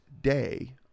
day